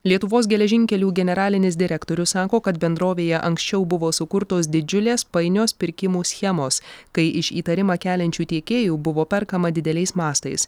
lietuvos geležinkelių generalinis direktorius sako kad bendrovėje anksčiau buvo sukurtos didžiulės painios pirkimų schemos kai iš įtarimą keliančių tiekėjų buvo perkama dideliais mastais